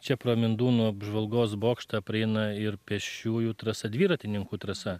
čia pro mindūnų apžvalgos bokštą praeina ir pėsčiųjų trasa dviratininkų trasa